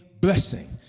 blessing